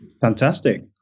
Fantastic